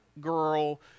girl